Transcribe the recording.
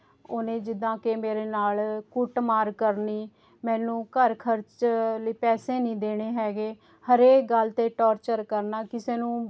ਉਹਨੇ ਜਿੱਦਾਂ ਕੇ ਮੇਰੇ ਨਾਲ ਕੁੱਟਮਾਰ ਕਰਨੀ ਮੈਨੂੰ ਘਰ ਖਰਚ ਲਈ ਪੈਸੇ ਨਹੀਂ ਦੇਣੇ ਹੈਗੇ ਹਰੇਕ ਗੱਲ 'ਤੇ ਟੋਰਚਰ ਕਰਨਾ ਕਿਸੇ ਨੂੰ